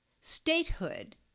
statehood